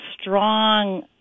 strong